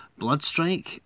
Bloodstrike